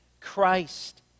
christ